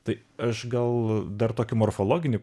tai aš gal dar tokį morfologinį